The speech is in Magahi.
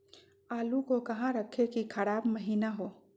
आलू को कहां रखे की खराब महिना हो?